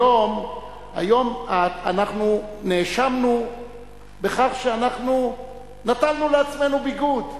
היום אנחנו נאשמנו בכך שאנחנו נתנו לעצמנו ביגוד,